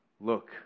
look